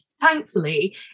thankfully